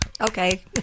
Okay